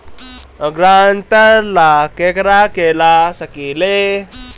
ग्रांतर ला केकरा के ला सकी ले?